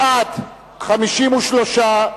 בעד, 53,